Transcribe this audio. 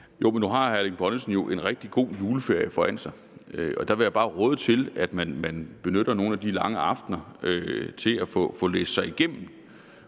Jo, men nu har hr. Erling Bonnesen jo en rigtig god juleferie foran sig, og der vil jeg bare råde til, at man benytter nogle af de lange aftener til at få læst sig igennem